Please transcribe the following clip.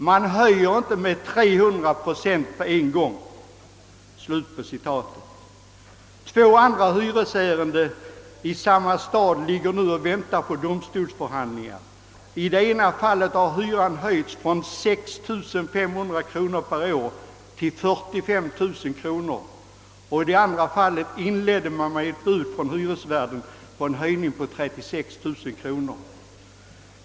Man höjer inte med 300 procent på en gång.» Två andra hyresärenden i samma stad ligger nu och väntar på domstolsbehandling. I det ena fallet hade hyran höjts från 6500 kronor per år till 45 000 kronor, och i det andra fallet inleddes det hela med ett bud från hyresvärden om en höjning på 36 000 kronor.